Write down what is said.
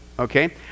Okay